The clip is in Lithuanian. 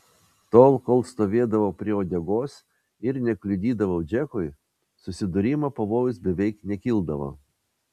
tol kol stovėdavau prie uodegos ir nekliudydavau džekui susidūrimo pavojus beveik nekildavo